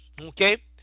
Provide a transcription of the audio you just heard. Okay